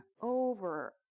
over